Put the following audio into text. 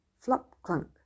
Flop-clunk